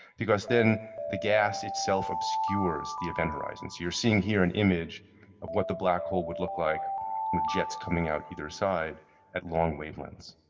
because then the gas itself obscures the event horizon. you are seeing an and image of what the black hole would look like with jets coming out either side at long wavelengths.